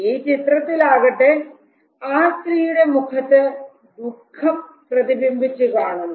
ഈ ചിത്രത്തിൽ ആകട്ടെ ആ സ്ത്രീയുടെ മുഖത്ത് ദുഃഖം പ്രതിബിംബിച്ചു കാണുന്നു